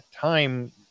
time